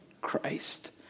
Christ